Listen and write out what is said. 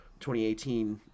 2018